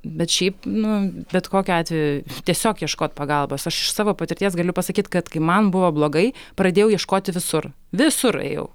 bet šiaip nu bet kokiu atveju tiesiog ieškot pagalbos aš iš savo patirties galiu pasakyt kad kai man buvo blogai pradėjau ieškoti visur visur ėjau